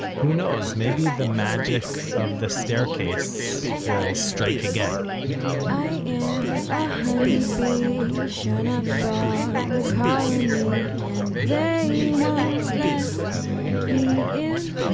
who knows, maybe the magic of the staircase will strike again i am a honeybee, shown up from ah the colony, and they won't let me in.